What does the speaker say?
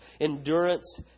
endurance